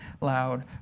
loud